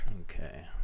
Okay